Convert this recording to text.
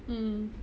mm